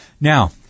Now